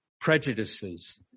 prejudices